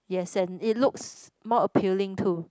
yes and it looks more appealing too